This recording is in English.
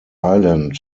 island